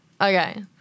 Okay